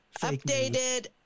updated